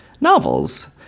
novels